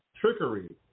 trickery